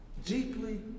deeply